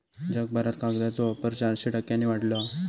जगभरात कागदाचो वापर चारशे टक्क्यांनी वाढलो हा